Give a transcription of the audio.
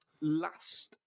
last